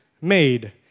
made